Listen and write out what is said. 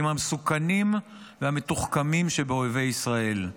עם המסוכנים והמתוחכמים שבאויבי ישראל?